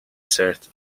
certa